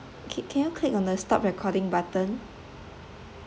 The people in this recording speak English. okay can you click on the stop recording button